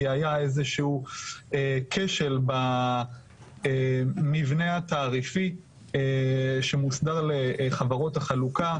היה איזשהו כשל במבנה התעריפי שמוסדר על חברות החלוקה.